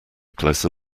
closer